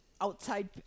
outside